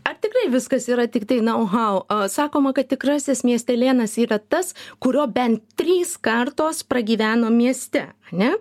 ar tikrai viskas yra tiktai nau hau sakoma kad tikrasis miestelėnas yra tas kurio bent trys kartos pragyveno mieste ne